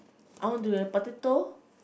onto the potato